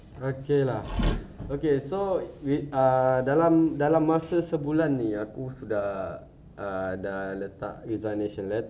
okay lah okay so uh dalam dalam masa sebulan ni aku sudah uh dah letak resignation letter